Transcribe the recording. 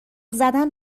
زدن